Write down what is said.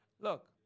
Look